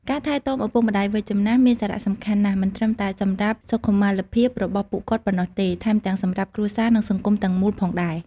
ការថែទាំឪពុកម្ដាយវ័យចំណាស់មានសារៈសំខាន់ណាស់ មិនត្រឹមតែសម្រាប់សុខុមាលភាពរបស់ពួកគាត់ប៉ុណ្ណោះទេ ថែមទាំងសម្រាប់គ្រួសារ និងសង្គមទាំងមូលផងដែរ។